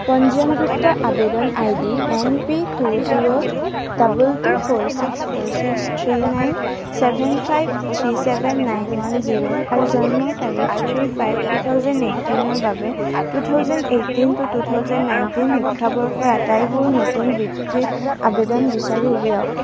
পঞ্জীয়নভুক্ত আৱেদন ID N P two zero double two four six four six three nine seven five three seven nine one zero আৰু জন্মৰ তাৰিখ three five two thousand এইট্টিনৰ বাবে two thousand eighteen to two thousand nineteen শিক্ষাবৰ্ষৰ আটাইবোৰ নতুন বৃত্তিৰ আৱেদন বিচাৰি উলিয়াওক